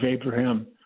Abraham